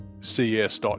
.cs